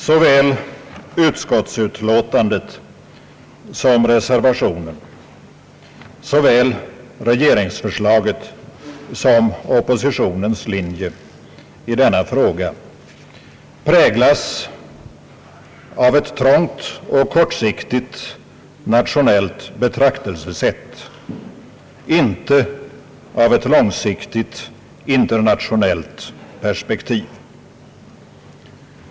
Såväl utskottsutlåtandet som reservationen, såväl regeringsförslaget som oppositionens linje i den na fråga präglas av ett trångt och kortsiktigt nationellt betraktelsesätt, inte av ett långsiktigt internationellt perspektiv.